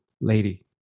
lady